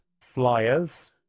flyers